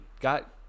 got